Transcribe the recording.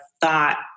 thought